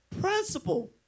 principle